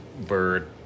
bird